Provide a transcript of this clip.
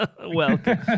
welcome